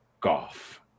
golf